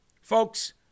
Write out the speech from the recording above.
folks